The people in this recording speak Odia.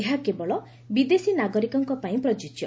ଏହା କେବଳ ବିଦେଶୀ ନାଗରିକଙ୍କ ପାଇଁ ପ୍ରଯୁଙ୍ଗ୍ୟ